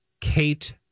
Kate